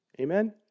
amen